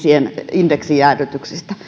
indeksijäädytyksistä